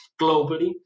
globally